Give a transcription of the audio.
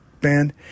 band